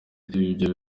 ibyo